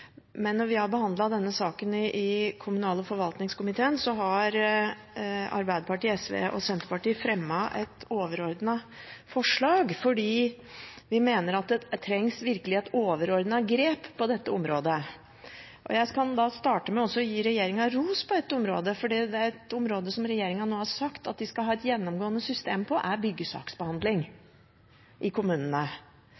men ved behandling av denne saken i kommunal- og forvaltningskomiteen har Arbeiderpartiet, SV og Senterpartiet fremmet et overordnet forslag, fordi vi mener at det virkelig trengs et overordnet grep på dette området. Jeg kan starte med å gi regjeringen ros på et område, for et område som regjeringen nå har sagt at den skal ha et gjennomgående system på, er byggesaksbehandling